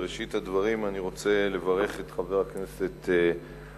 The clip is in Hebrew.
בראשית הדברים אני רוצה לברך את חבר הכנסת שנלר